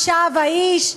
אישה ואיש,